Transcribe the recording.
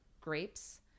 grapes